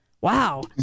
wow